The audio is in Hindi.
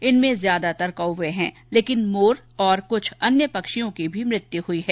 इनमें ज्यादातर कौवे हैं लेकिन मोर तथा कुछ अन्य पक्षियों की भी मृत्यु हुई है